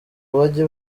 bajye